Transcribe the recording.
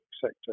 sector